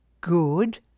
good